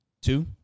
two